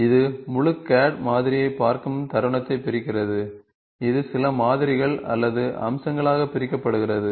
இது முழு CAD மாதிரியைப் பார்க்கும் தருணத்தைப் பிரிக்கிறது இது சில மாதிரிகள் அல்லது அம்சங்களாகப் பிரிக்கப்படுகிறது